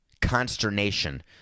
consternation